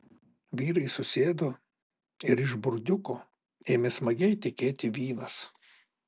vyrai susėdo ir iš burdiuko ėmė smagiai tekėti vynas